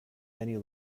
many